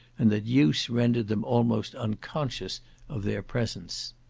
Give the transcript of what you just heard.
and that use rendered them almost unconscious of their presence.